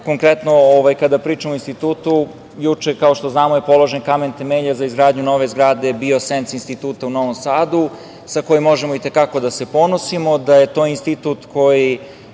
Konkretno kada pričamo o institutu, juče, kao što znamo, je položen kamen temeljac za izgradnju nove zgrade „Biosens“ instituta u Novom Sadu sa kojim možemo i te kako da se ponosimo, da je to institut koji,